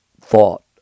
thought